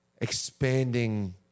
expanding